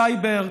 סייבר,